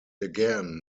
again